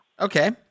Okay